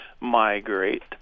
migrate